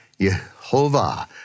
Yehovah